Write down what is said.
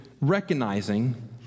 recognizing